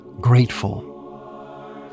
grateful